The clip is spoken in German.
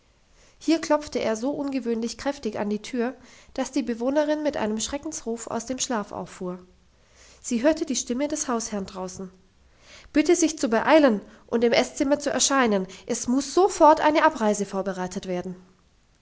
hier klopfte er so ungewöhnlich kräftig an die tür dass die bewohnerin mit einem schreckensruf aus dem schlaf auffuhr sie hörte die stimme des hausherrn draußen bitte sich zu beeilen und im esszimmer zu erscheinen es muss sofort eine abreise vorbereitet werden